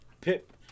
Pip